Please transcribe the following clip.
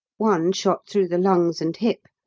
one shot through the lungs and hip,